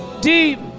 deep